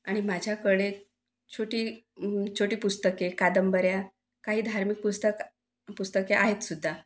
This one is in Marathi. आणि माझ्याकडे छोटी छोटी पुस्तके कादंबऱ्या काही धार्मिक पुस्तक पुस्तके आहेत सुद्धा